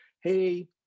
hey